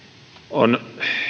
on